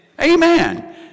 Amen